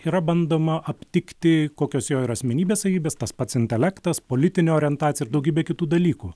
yra bandoma aptikti kokios jo ir asmenybės savybės tas pats intelektas politinė orientacija ir daugybė kitų dalykų